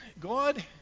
God